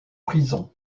prison